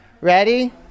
ready